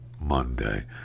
monday